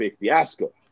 Fiasco